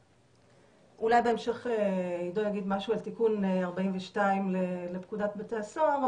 אולי בהמשך עידו יגיד משהו על תיקון 42 לפקודת בתי הסוהר,